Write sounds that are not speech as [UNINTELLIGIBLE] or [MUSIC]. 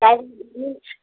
[UNINTELLIGIBLE]